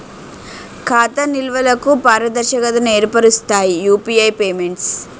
ఖాతా నిల్వలకు పారదర్శకతను ఏర్పరుస్తాయి యూపీఐ పేమెంట్స్